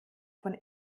von